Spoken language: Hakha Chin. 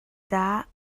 dah